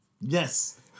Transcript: Yes